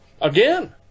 Again